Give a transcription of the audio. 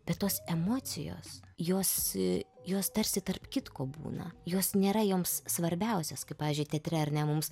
bet tos emocijos jos jos tarsi tarp kitko būna jos nėra joms svarbiausios kaip pavyzdžiui teatre ar ne mums